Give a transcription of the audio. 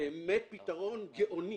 באמת פתרון גאוני...